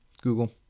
google